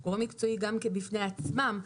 הם גורם מקצועי גם בפני עצמם,